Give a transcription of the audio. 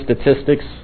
statistics